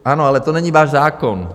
Ano, ale to není váš zákon.